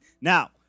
Now